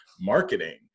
marketing